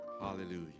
Hallelujah